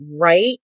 right